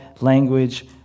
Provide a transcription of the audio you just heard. language